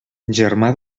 germà